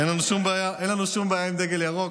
אין לנו שום בעיה עם דגל ירוק,